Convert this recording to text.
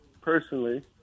personally